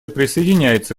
присоединяется